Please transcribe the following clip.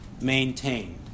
maintained